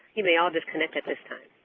you may all disconnect at this time.